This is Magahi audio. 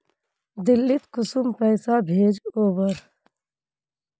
दिल्ली त कुंसम पैसा भेज ओवर?